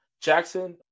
Jackson